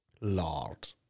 Lord